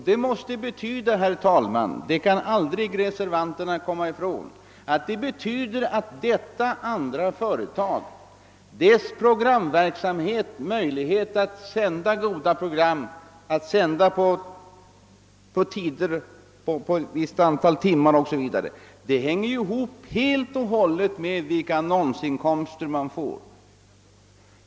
Reservanterna kan aldrig komma ifrån att detta betyder att det andra företagets programverksamhet och möjligheter att sända goda program under ett visst antal timmar helt och håller hänger ihop med vilka annonsinkomster man får.